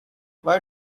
why